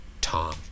Tom